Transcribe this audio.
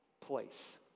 place